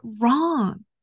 wrong